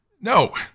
No